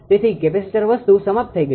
તેથી કેપેસિટર વસ્તુ સમાપ્ત થઈ ગઈ છે